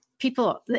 People